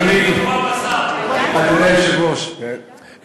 כנראה יש תשובה בשר.